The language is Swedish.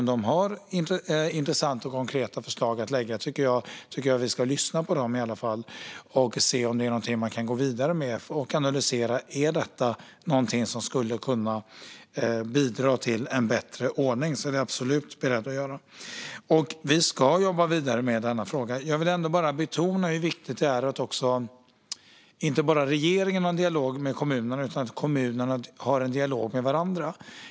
Om de har konkreta och intressanta förslag tycker jag att vi åtminstone ska lyssna på dem, se om det är någonting man kan gå vidare med och analysera om förslagen kan bidra till en bättre ordning. Det är jag absolut beredd att göra. Vi ska jobba vidare med denna fråga. Jag vill betona hur viktigt det är att inte bara regeringen har en dialog med kommunerna, utan att kommunerna har en dialog med varandra.